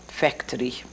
Factory